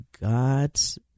God's